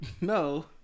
No